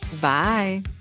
Bye